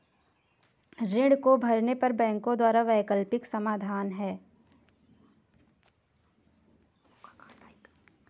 ऋण को ना भरने पर बैंकों द्वारा क्या वैकल्पिक समाधान हैं?